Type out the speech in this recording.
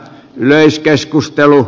yleiskeskustelu